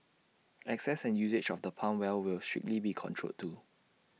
access and usage of the pump well will strictly be controlled too